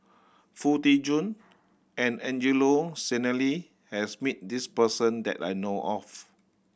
Foo Tee Jun and Angelo Sanelli has meet this person that I know of